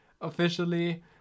officially